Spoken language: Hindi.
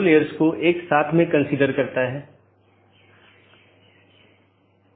और एक ऑटॉनमस सिस्टम एक ही संगठन या अन्य सार्वजनिक या निजी संगठन द्वारा प्रबंधित अन्य ऑटॉनमस सिस्टम से भी कनेक्ट कर सकती है